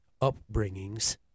upbringings